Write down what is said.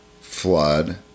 flood